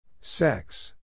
Sex